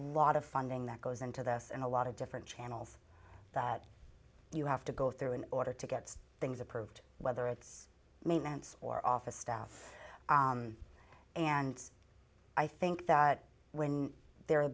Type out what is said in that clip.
lot of funding that goes into this and a lot of different channels that you have to go through in order to get things approved whether it's maintenance or office staff and i think that when there a